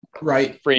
right